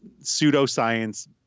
pseudoscience